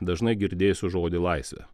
dažnai girdėsiu žodį laisvė